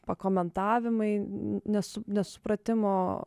pakomentavimai nesu nesupratimo